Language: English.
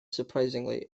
surprisingly